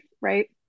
right